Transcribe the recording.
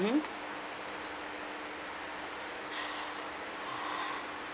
mmhmm